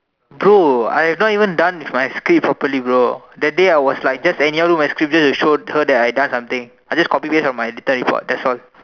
bro I not even done with my script properly bro that day I was like just anyhow wrote my script just to show her that I done something I just copy paste on my data report that's all